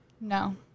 No